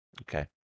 okay